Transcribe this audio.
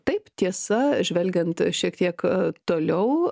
taip tiesa žvelgiant šiek tiek toliau